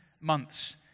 months